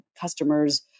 customers